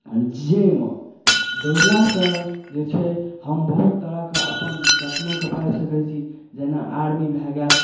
जाहिमे दौड़ला सऽ जे छै हम बहुत तरहक अपन सपनोके पाबि सकै छी जेना आर्मी भऽ गेल